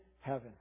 heaven